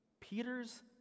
Peter's